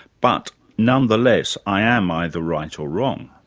but nonetheless, i am either right or wrong.